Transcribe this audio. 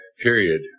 period